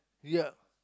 ya